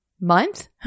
month